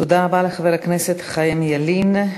תודה רבה לחבר הכנסת חיים ילין.